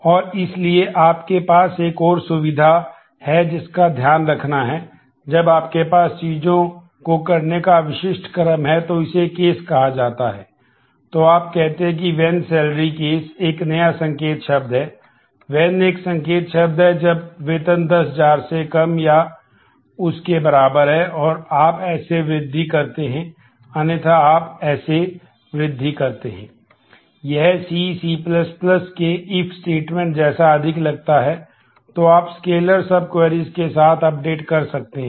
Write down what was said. और इसलिए आपके पास एक और सुविधा है जिसका ध्यान रखना है जब आपके पास चीजों को करने का विशिष्ट क्रम है तो इसे केस एक संकेत शब्द है जब वेतन 100000 से कम या उसके बराबर है तो आप ऐसे वृद्धि करते हैं अन्यथा आप ऐसे वृद्धि करते हैं